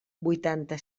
vuitanta